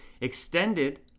extended